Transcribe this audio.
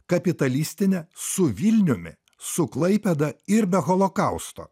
kapitalistinė su vilniumi su klaipėda ir be holokausto